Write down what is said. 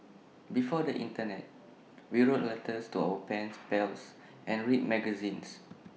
before the Internet we wrote letters to our pen pals and read magazines